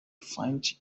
find